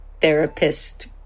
Therapist